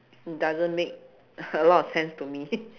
doesn't make a lot of sense to me